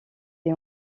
est